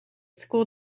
school